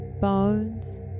bones